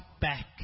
back